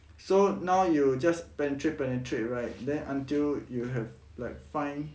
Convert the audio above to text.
so now you just penetrate penetrate right then until you have like find